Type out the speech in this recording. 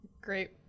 Great